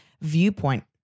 viewpoint